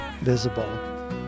visible